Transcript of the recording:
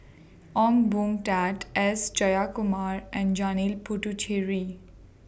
Ong Boon Tat S Jayakumar and Janil Puthucheary